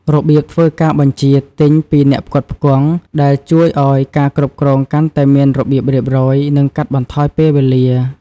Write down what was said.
របៀបធ្វើការបញ្ជាទិញពីអ្នកផ្គត់ផ្គង់ ដែលជួយឱ្យការគ្រប់គ្រងកាន់តែមានរបៀបរៀបរយ និងកាត់បន្ថយពេលវេលា។